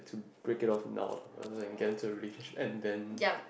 break it of now rather than dense her relationship and then